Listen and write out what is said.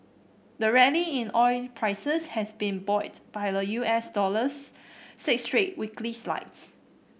the rally in oil prices has been buoyed by the U S dollar's six straight weekly slides